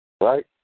right